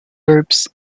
verbs